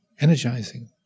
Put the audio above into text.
energizing